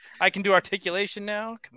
I-can-do-articulation-now